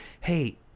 hey